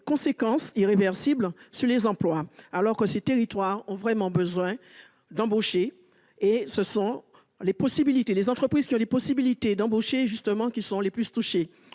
des conséquences irréversibles en termes d'emplois, alors que ces territoires ont vraiment besoin d'embaucher. Ce sont justement les entreprises qui auraient la possibilité d'embaucher qui sont les plus touchées.